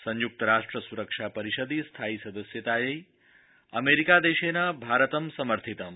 संयुक्त राष्ट्र सुरक्षा परिषदि स्थायि सदस्यतायै अमेरिका देशेन भारतं समर्थितम्